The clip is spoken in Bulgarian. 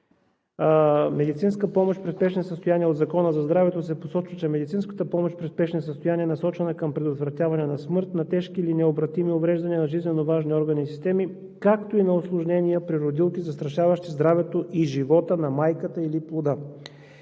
медицинска помощ при спешни състояния се посочва, че медицинската помощ при спешни състояния е насочена към предотвратяване на смърт, на тежки или необратими увреждания на жизненоважни органи и системи, както и на усложнения при родилки, застрашаващи здравето и живота на майката или плода.